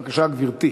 בבקשה, גברתי.